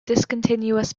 discontinuous